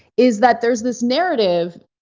is that there's this narrative,